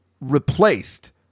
replaced